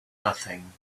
nothing